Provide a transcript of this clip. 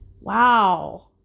Wow